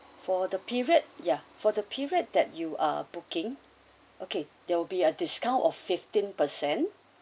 for the period yeah for the period that you are booking okay there will be a discount of fifteen percent